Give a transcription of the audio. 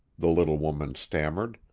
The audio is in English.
the little woman stammered.